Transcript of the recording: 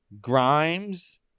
grimes